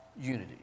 unity